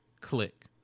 Click